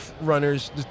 runners